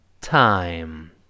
time